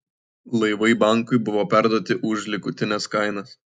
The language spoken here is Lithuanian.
laivai bankui buvo perduoti už likutines kainas